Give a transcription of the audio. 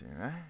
right